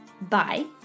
Bye